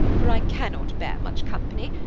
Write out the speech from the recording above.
for i cannot bear much company,